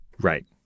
Right